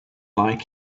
like